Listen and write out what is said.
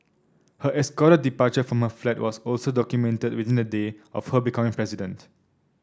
her escorted departure from my flat was also documented within a day of her becoming president